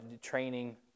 training